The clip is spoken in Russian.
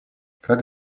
как